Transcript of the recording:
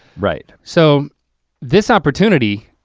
right? so this opportunity